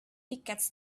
tickets